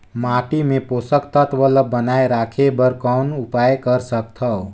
माटी मे पोषक तत्व ल बनाय राखे बर कौन उपाय कर सकथव?